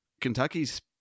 Kentucky's